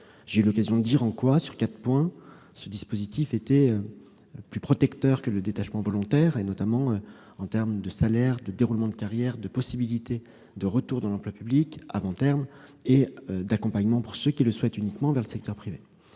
J'ai expliqué en quatre points en quoi ce dispositif était plus protecteur que le détachement volontaire, notamment en termes de salaire, de déroulement de carrière, de possibilité de retour dans l'emploi public avant terme et d'accompagnement, uniquement pour ceux qui le souhaitent, vers le secteur privé.